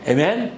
Amen